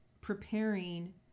preparing